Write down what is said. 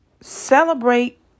Celebrate